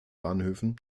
bahnhöfen